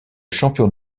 champion